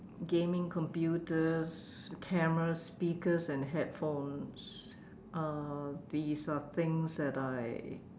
gaming computers cameras speakers and headphones uh these are things that I